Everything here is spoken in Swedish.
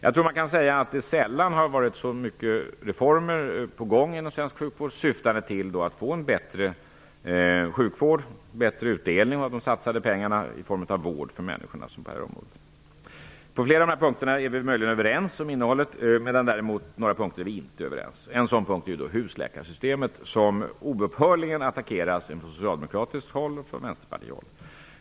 Det har sällan varit så många reformer på gång, som de inom svensk sjukvård syftande till en bättre sjukvård och en bättre utdelning av de satsade pengarna i form av vård för människorna. På flera av de här punkterna är vi möjligen överens om innehållet. Men på några punkter är vi inte överens -- t.ex. när det gäller husläkarsystemet, som oupphörligen attackeras från socialdemokratiskt håll och från Vänsterpartiet.